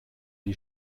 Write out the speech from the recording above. die